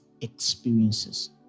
experiences